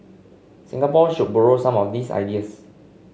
Singapore should borrow some of these ideas